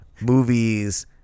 movies